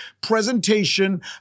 presentation